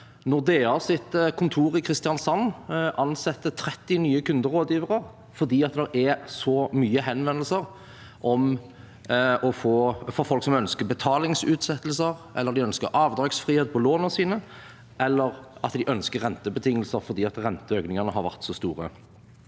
Nordeas kontor i Kristiansand ansetter 30 nye kunderådgivere, for det er så mange henvendelser fra folk som ønsker betalingsutsettelser, avdragsfrihet på lånene sine eller bedre rentebetingelser, fordi renteøkningene har vært så store.